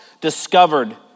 discovered